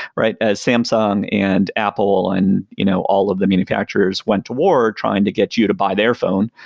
right? as samsung and apple and you know all of the manufacturers went to war trying to get you to buy their phone,